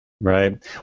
right